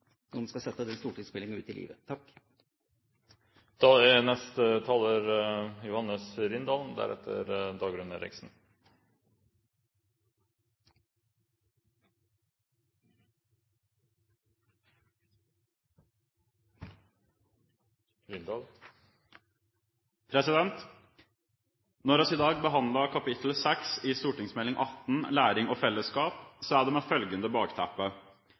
skal sette stortingsmeldinga ut i livet. Når vi i dag behandler kapittel 6 i Meld. St. 18 for 2010–2011, Læring og fellesskap, er det med følgende bakteppe: